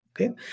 Okay